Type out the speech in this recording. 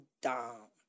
down